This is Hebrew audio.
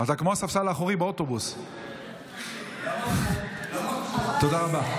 ערב טוב, אדוני היושב-ראש.